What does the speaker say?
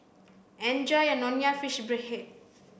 enjoy your nonya fish fried head